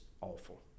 awful